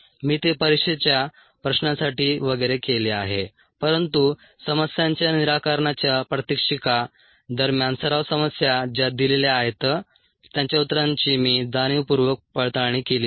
मी ते परीक्षेच्या प्रश्नांसाठी वगैरे केले आहे परंतु समस्यांच्या निराकरणाच्या प्रात्यक्षिका दरम्यान सराव समस्या ज्या दिलेल्या आहेत त्यांच्या उत्तरांची मी जाणीवपूर्वक पडताळणी केली नाही